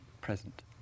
present